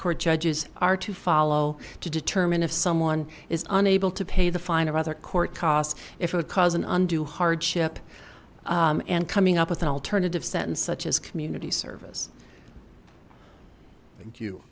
court judges are to follow to determine if someone is unable to pay the fine or other court costs if it cause an undue hardship and coming up with an alternative sentence such as community service